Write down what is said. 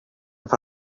for